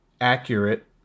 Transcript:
Accurate